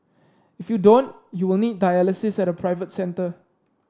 if you don't you will need dialysis at a private centre